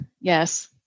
Yes